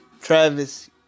Travis